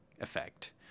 effect